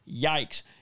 yikes